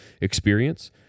experience